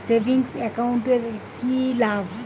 Savings account এর কি লাভ?